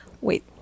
Wait